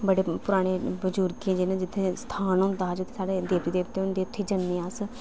बड़े पराने बुजर्गें जिनें जित्थै स्थान होंदा हा जित्थैं साढ़े देवी देवते होंदे उत्थै जन्ने आं अस